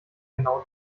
genau